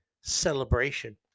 celebration